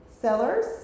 sellers